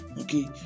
Okay